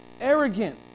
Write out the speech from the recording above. arrogant